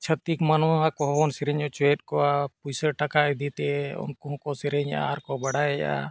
ᱪᱷᱟᱹᱛᱤᱠᱼᱢᱟ ᱱᱚᱣᱟ ᱠᱚᱦᱚᱸᱵᱚᱱ ᱥᱮᱨᱮᱧ ᱚᱪᱚᱭᱮᱫ ᱠᱚᱣᱟ ᱯᱩᱭᱥᱟᱹ ᱴᱟᱠᱟ ᱤᱫᱤᱛᱮ ᱩᱱᱠᱩ ᱦᱚᱸᱠᱚ ᱥᱮᱨᱮᱧᱟ ᱟᱨ ᱠᱚ ᱵᱟᱰᱟᱭᱮᱜᱼᱟ